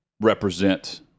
represent